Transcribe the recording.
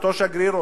אותו שגריר,